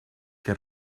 que